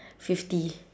fifty